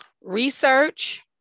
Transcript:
Research